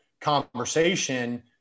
conversation